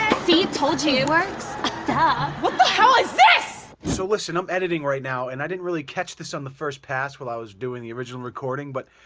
see? told you. it works duh what the hell is this? so listen, i'm editing right now, and i didn't really catch this on the first pass while i was doing the original recording but.